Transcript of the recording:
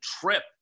trip